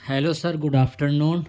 hello sir good after noon